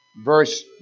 Verse